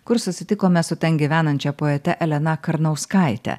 kur susitikome su ten gyvenančia poete elena karnauskaite